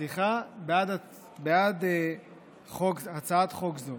סליחה, בעד הצעת חוק זו.